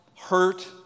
hurt